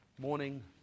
morning